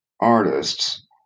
artists